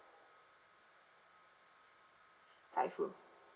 five room